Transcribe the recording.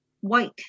white